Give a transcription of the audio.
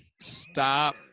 stop